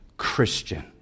Christian